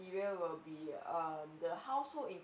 will be um the household income